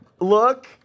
look